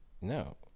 No